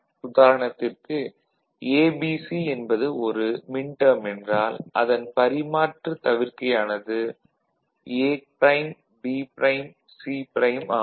உதாரணத்திற்கு என்பது ஒரு மின்டேர்ம் என்றால் அதன் பரிமாற்றுத் தவிர்க்கையானது A'B'C' ஆகும்